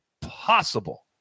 possible